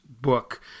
book